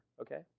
Okay